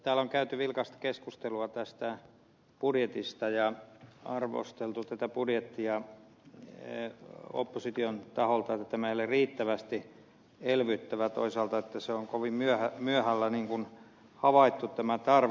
täällä on käyty vilkasta keskustelua tästä budjetista ja arvosteltu budjettia opposition taholta että tämä ei ole riittävästi elvyttävä toisaalta että on kovin myöhällä havaittu tämä tarve